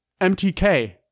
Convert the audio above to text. MTK